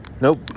Nope